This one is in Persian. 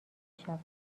شود